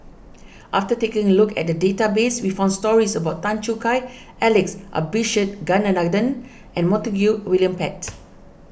after taking a look at the database we found stories about Tan Choo Kai Alex Abisheganaden and Montague William Pett